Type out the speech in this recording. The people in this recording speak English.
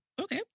Okay